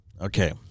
Okay